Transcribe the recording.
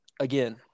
Again